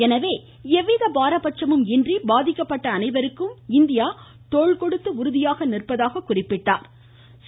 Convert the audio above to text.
எனவே எந்தவித பாரபட்சமும் இன்றி பாதிக்கப்பட்ட அனைவருக்கும் இந்தியர் தோள்கொடுத்து உறுதியாக நிற்பதாக குறிப்பிட்டாா்